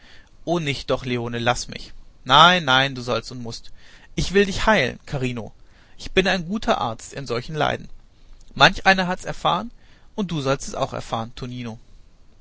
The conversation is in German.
o nicht doch leone laß mich nein nein du sollst und mußt ich will dich heilen carino ich bin ein guter arzt in solchen leiden manch einer hat's erfahren und du sollst es auch